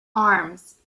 arms